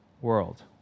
world